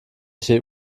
der